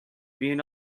being